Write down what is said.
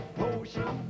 potion